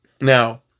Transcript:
Now